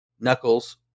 Knuckles